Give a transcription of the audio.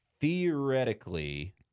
theoretically